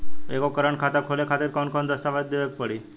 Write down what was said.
एगो करेंट खाता खोले खातिर कौन कौन दस्तावेज़ देवे के पड़ी?